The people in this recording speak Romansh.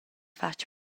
fatg